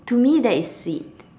to me that is sweet